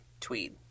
Tweed